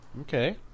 Okay